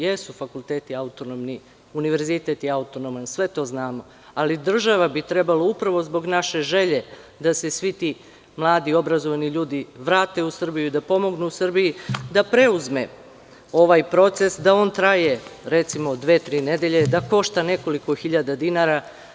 Jesu fakulteti autonomni, univerzitet je autonoman, sve to znamo, ali država bi trebala, upravo zbog naše želje da se svi ti mladi, obrazovani ljudi vrate u Srbiju i da pomognu Srbiji, da preuzme ovaj proces, da on traje, recimo, dve-tri nedelje, da košta nekoliko hiljada dinara.